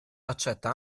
accetta